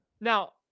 Now